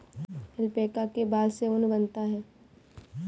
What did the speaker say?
alpaca के बाल से ऊन बनता है